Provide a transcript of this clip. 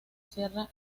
sierra